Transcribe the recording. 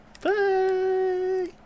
Bye